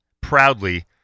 proudly